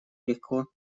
легко